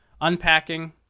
Unpacking